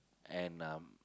and um